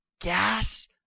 Gas